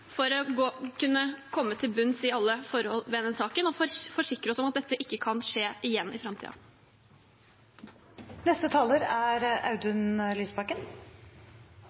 for å kunne komme til bunns i alle forhold i denne saken og forsikre oss om at dette ikke kan skje igjen i